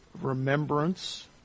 remembrance